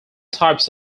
types